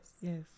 yes